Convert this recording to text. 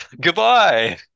Goodbye